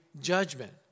judgment